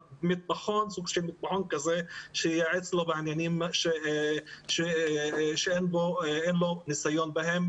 לסוג של מטבחון כזה שייעץ לו בעניינים שאין לו ניסיון בהם,